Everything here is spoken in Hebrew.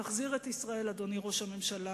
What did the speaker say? תחזיר את מדינת ישראל, אדוני ראש הממשלה,